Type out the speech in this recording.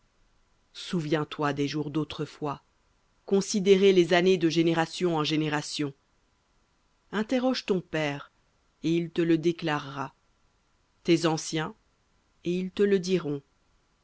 souviens-toi des jours d'autrefois considérez les années de génération en génération interroge ton père et il te le déclarera tes anciens et ils te le diront